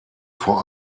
vor